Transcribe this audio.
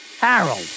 Harold